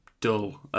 dull